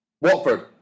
Watford